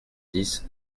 dix